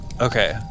Okay